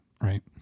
Right